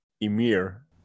Emir